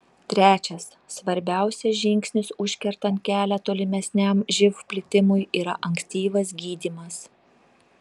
trečias svarbiausias žingsnis užkertant kelią tolimesniam živ plitimui yra ankstyvas gydymas